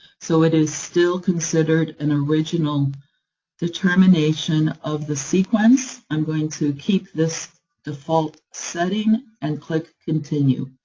so it is still considered an original determination of the sequence. i'm going to keep this default setting, and click continue.